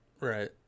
right